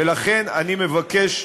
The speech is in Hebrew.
ולכן, אני מבקש,